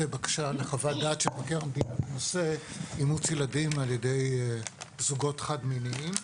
לחוות דעת של מבקר המדינה בנושא אימוץ ילדים על ידי זוגות חד-מיניים.